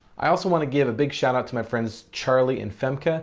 i also want to give a big shout out to my friends charli and femke,